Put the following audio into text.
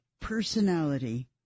personality